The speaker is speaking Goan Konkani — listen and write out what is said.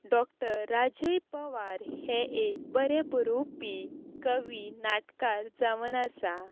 डॉक्टर राजय पवार हे एक बरे बरोवपी कवी नाटककार जावन आसा